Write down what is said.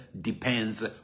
depends